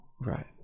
Right